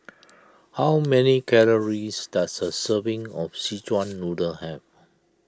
how many calories does a serving of Szechuan Noodle have